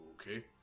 Okay